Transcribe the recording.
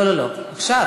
לא, לא, עכשיו.